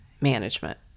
management